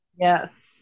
Yes